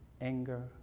anger